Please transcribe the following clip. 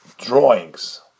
Drawings